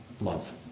love